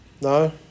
No